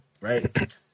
Right